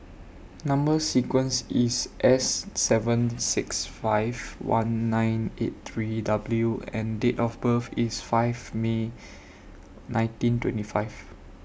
Number sequence IS S seven six five one nine eight three W and Date of birth IS five May nineteen twenty five